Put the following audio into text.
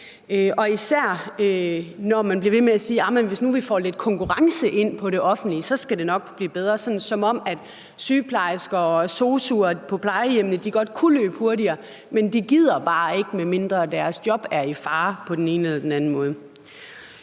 især når man bliver ved med at sige: Hvis nu vi får lidt konkurrence ind på det offentlige, skal det nok blive bedre. Som om sygeplejersker og SOSU'er på plejehjemmene godt kunne løbe hurtigere, men at de bare ikke gider, medmindre deres job er i fare på den ene eller den anden måde.